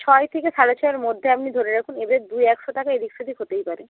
ছয় থেকে সাড়ে ছয়ের মধ্যে আপনি ধরে রাখুন এবার দুএকশো টাকা এদিক সেদিক হতেই পারে